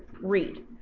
read